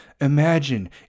Imagine